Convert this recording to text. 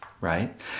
Right